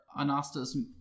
Anastas